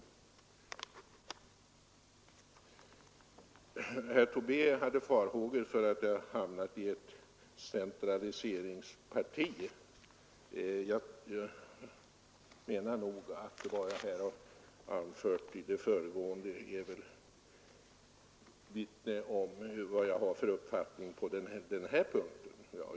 Herr Tobé hade farhågor för att jag hamnat i ett centraliseringsparti, men vad jag anfört vittnar väl om vilken uppfattning jag har på den punkten.